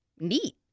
neat